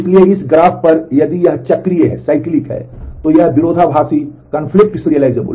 इसलिए इस ग्राफ पर यदि यह चक्रीय है तो यह विरोधाभासी करेंगे